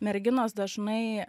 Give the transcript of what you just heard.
merginos dažnai